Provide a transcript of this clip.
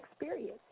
experience